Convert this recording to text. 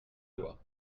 loi